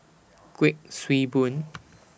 Kuik Swee Boon